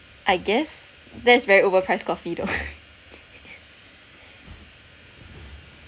I guess there's very overpriced coffee though